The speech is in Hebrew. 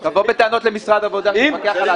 גם --- תבוא בטענות למשרד העבודה ולמפקח על האתרים.